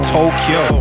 Tokyo